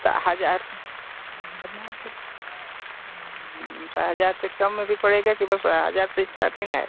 त हज़ार हज़ार से तो हज़ार से कम मे भी पड़ेगा कि बस हज़ार से स्टार्टिन है